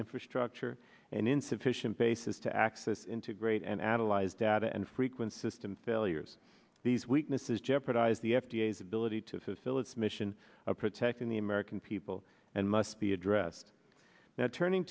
infrastructure and insufficient basis to access integrate and analyze data and frequent system failures these weaknesses jeopardize the f d a s ability to fulfill its mission of protecting the american people and must be addressed now turning